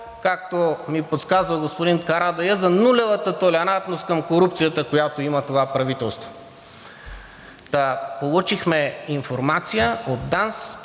както ми подсказва господин Карадайъ, за нулевата толерантност към корупцията, която има това правителство! Получихме информация от ДАНС,